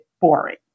boring